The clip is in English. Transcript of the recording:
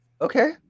Okay